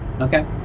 Okay